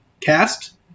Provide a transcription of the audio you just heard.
cast